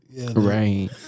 right